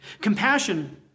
Compassion